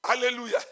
Hallelujah